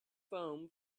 foam